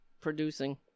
Producing